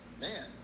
Man